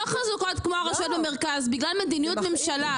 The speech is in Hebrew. חזקות כמו הרשויות במרכז בגלל מדיניות ממשלה,